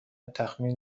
تخمین